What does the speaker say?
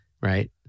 right